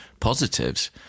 Positives